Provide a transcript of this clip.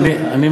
כן, אני ממתן.